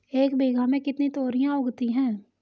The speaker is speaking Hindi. एक बीघा में कितनी तोरियां उगती हैं?